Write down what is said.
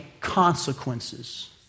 consequences